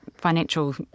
financial